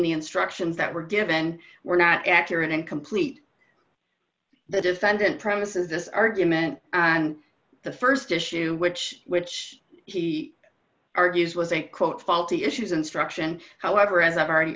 the instructions that were given were not accurate and complete the defendant premises this argument and the st issue which which argues was a quote faulty issues instruction however as i've already